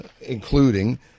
including